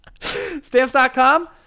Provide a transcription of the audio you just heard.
Stamps.com